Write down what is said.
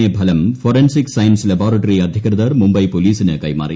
A ഫലം forensic science laboratory അധികൃതർ മുംബൈ പോലീസിന് കൈമാറി